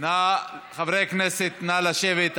חברי הכנסת, נא לשבת.